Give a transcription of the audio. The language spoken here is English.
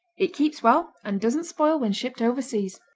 it keeps well and doesn't spoil when shipped overseas.